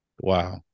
Wow